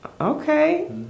Okay